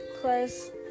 Plus